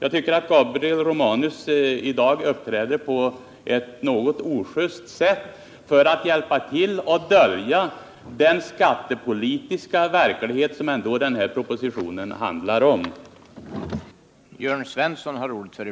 Gabriel Romanus uppträder i dag på ett något ojust sätt för att hjälpa till att dölja den skattepolitiska verklighet som den här propositionen ändå handlar om.